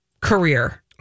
career